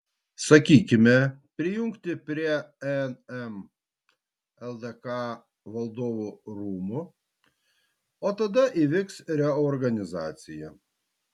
sakykime prijungti prie nm ldk valdovų rūmų o tada įvyks reorganizacija